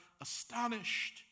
astonished